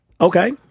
Okay